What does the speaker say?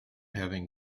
having